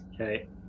Okay